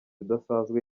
idasanzwe